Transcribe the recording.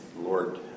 Lord